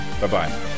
Bye-bye